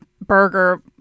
burger